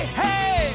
hey